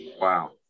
Wow